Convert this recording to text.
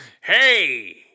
Hey